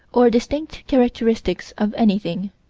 or distinct characteristics of anything.